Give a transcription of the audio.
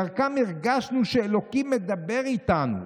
דרכם הרגשנו שאלוקים מדבר איתנו.